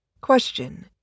Question